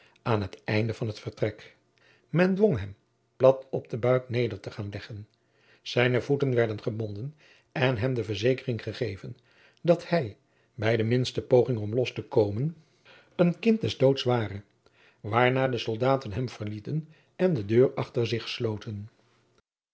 aan het einde van het vertrek men dwong hem plat op de buik neder te gaan leggen zijne voeten werden gebonden en hem de verzekering gegeven dat hij bij de minste poging om los te komen een kind des doods ware waarna de soldaten hem verlieten en de deur achter zich sloten